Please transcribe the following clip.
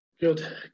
Good